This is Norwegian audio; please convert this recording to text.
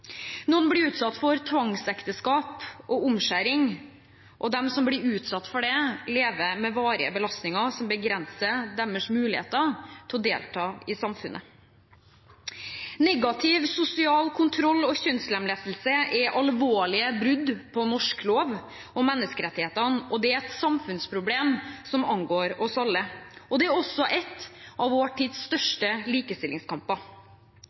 Noen blir utsatt for tvangsekteskap og omskjæring, og de som blir utsatt for det, lever med varige belastninger som begrenser deres mulighet til å delta i samfunnet. Negativ sosial kontroll og kjønnslemlestelse er alvorlige brudd på norsk lov og menneskerettighetene, og det er et samfunnsproblem som angår oss alle. Det er også en av vår tids største likestillingskamper.